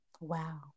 Wow